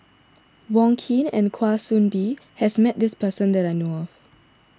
Wong Keen and Kwa Soon Bee has met this person that I know of